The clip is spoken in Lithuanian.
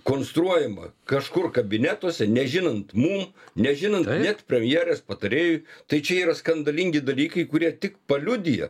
konstruojama kažkur kabinetuose nežinant mum nežinant net premjerės patarėjui tai čia yra skandalingi dalykai kurie tik paliudija